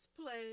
play